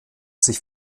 sich